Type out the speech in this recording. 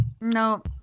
No